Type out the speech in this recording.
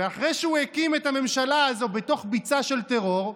ואחרי שהוא הקים את הממשלה הזאת בתוך ביצה של טרור,